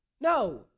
No